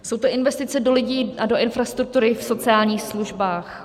Jsou to investice do lidí a do infrastruktury v sociálních službách.